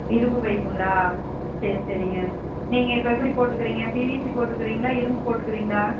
இரும்பு பைப்புங்களா சரி சரிங்க நீங்கள் இப்போ எப்படி போட்டுக்கிறிங்க பிவிசி போட்டுக்கிறீங்களா இரும்பு போட்டுக்கிறீங்களா